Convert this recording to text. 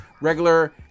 regular